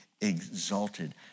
exalted